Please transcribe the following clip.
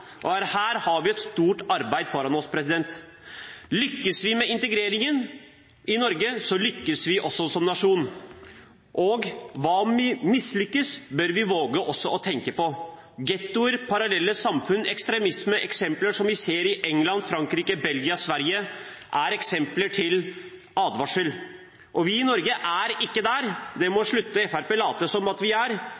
barn, og her har vi et stort arbeid foran oss. Lykkes vi med integreringen i Norge, lykkes vi også som nasjon. Hva om vi mislykkes? Det bør vi også våge å tenke på. Gettoer, parallelle samfunn, ekstremisme – eksempler som vi ser i England, Frankrike, Belgia, Sverige, er eksempler til advarsel, og vi i Norge er ikke der. Det må